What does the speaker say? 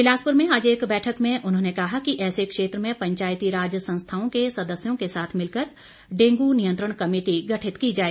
बिलासपुर में आज एक बैठक में उन्होंने कहा कि ऐसे क्षेत्र में पंचायती राज संस्थाओं के सदस्यों के साथ मिलकर डेंगू नियंत्रण कमेटी गठित की जाए